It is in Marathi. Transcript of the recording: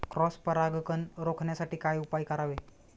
क्रॉस परागकण रोखण्यासाठी काय उपाय करावे?